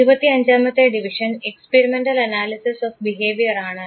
ഇരുപത്തിയഞ്ചാമത്തെ division experimental analysis of behaviour ആണ്